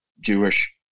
Jewish